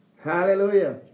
Hallelujah